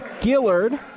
Gillard